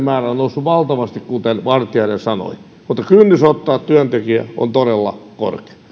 määrä on noussut valtavasti kuten vartiainen sanoi mutta kynnys ottaa työntekijä on todella korkea